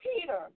Peter